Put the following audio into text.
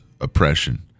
oppression